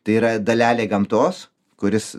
tai yra dalelė gamtos kuris